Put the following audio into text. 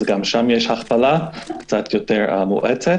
גם שם יש הכפלה, קצת יותר מואצת.